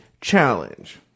Challenge